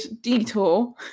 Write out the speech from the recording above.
detour